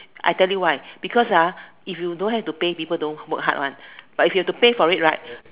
I tell you why because ah if you don't have to pay people don't work hard [one] but if you have to pay for it right